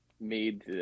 made